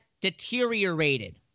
deteriorated